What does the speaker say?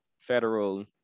federal